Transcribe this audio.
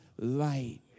light